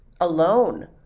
alone